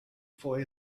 for